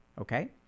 Okay